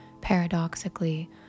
Paradoxically